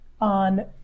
on